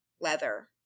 leather